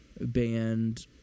band